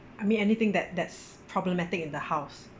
I mean anything that that's problematic in the house